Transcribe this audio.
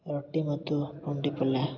ರೊಟ್ಟಿ ಮತ್ತು ಪುಂಡಿ ಪಲ್ಯ